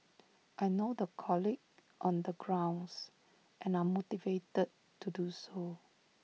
I know the colleagues on the grounds and are motivated to do so